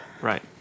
Right